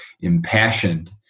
impassioned